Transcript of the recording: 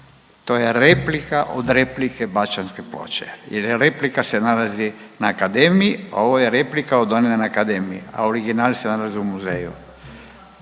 To je replika od replike Bašćanske ploče jer replika se nalazi na akademiji, ovo je replika od one na akademiji. A original se nalazi u muzeju.